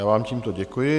Já vám tímto děkuji.